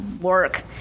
work